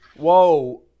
Whoa